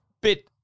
Bit